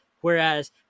Whereas